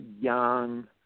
young